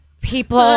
People